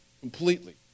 completely